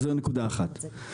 זו נקודה אחת.